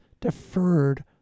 deferred